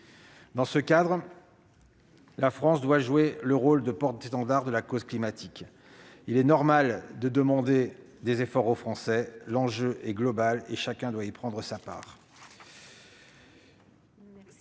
Dans ce contexte, la France doit jouer le rôle de porte-étendard de la cause climatique. Il est normal de demander des efforts aux Français. L'enjeu est global et chacun doit y prendre sa part.